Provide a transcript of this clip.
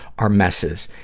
our messes.